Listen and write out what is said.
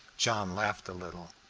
john laughed a little.